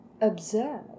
observe